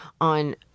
on